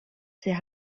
sehr